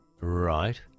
Right